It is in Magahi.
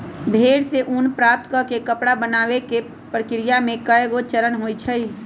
भेड़ से ऊन प्राप्त कऽ के कपड़ा बनाबे तक के प्रक्रिया में कएगो चरण होइ छइ